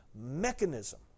mechanism